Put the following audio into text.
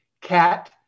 cat